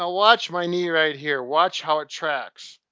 ah watch my knee right here, watch how it tracks.